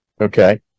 Okay